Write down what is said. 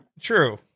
True